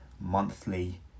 monthly